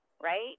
right